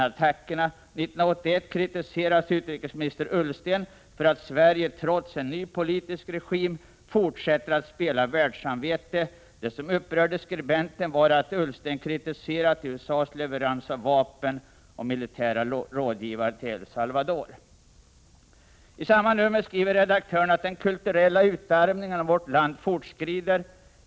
År 1981 kritiserades utrikesminister Ola Ullsten för att Sverige trots en ny politisk regim fortsätter att spela världssamvete. Det som upprörde skribenten var att Ullsten kritiserat USA:s leveranser av vapen till El Salvador och utsändande av militära rådgivare dit. I samma nummer skriver redaktören att den kulturella utarmningen av vårt land fortskrider.